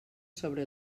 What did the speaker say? sobre